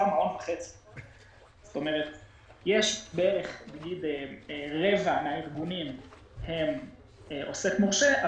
יש בערך רבע מהארגונים הם עוסק מורשה,